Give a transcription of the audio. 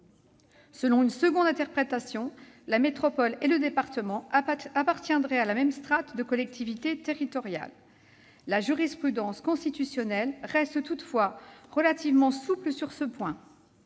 Selon une seconde interprétation, la métropole et le département appartiendraient à la même strate de collectivités territoriales. La jurisprudence constitutionnelle reste toutefois relativement souple : elle